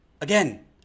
again